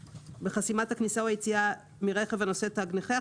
3ג62(12)בחסימת הכניסה או היציאה מרכב הנושאה תג נכה,